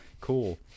cool